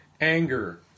anger